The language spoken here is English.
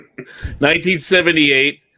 1978